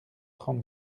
trente